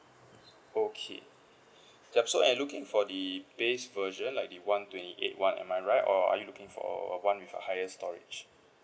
okay yup so and you're looking for the base version like the one twenty eight one am I right or are you looking for one with a higher storage